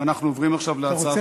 הצעת